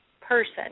person